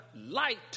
light